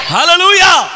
Hallelujah